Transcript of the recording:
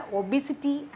obesity